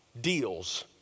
deals